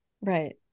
Right